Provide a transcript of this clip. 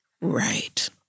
Right